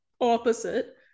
opposite